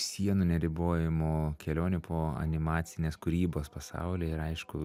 sienų neribojamų kelionių po animacinės kūrybos pasaulį ir aišku